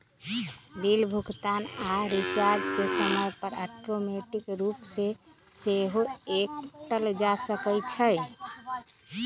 bill भुगतान आऽ recharge के समय पर ऑटोमेटिक रूप से सेहो कएल जा सकै छइ